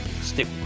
Stick